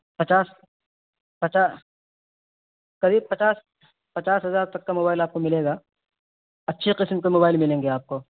پچاس پچاس قریب پچاس پچاس ہزار تک کا موبائل آپ کو ملے گا اچھی قسم کی موبائل ملیں گے آپ کو